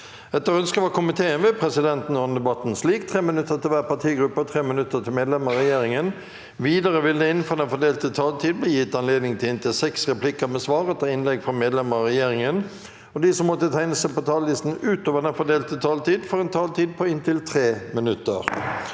og sosialkomiteen vil presidenten ordne debatten slik: 3 minutter til hver partigruppe og 3 minutter til medlemmer av regjeringen. Videre vil det – innenfor den fordelte taletid – bli gitt anledning til inntil seks replikker med svar etter innlegg fra medlemmer av regjeringen, og de som måtte tegne seg på talerlisten utover den fordelte taletid, får også en taletid på inntil 3 minutter.